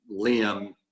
Liam